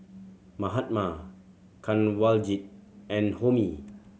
Mahatma Kanwaljit and Homi